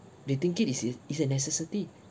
they think it is is it's a necessity